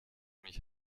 mich